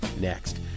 next